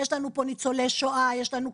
יש לנו פה ניצולי שואה, יש לנו קשישים,